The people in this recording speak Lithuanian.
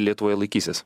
lietuvoje laikysis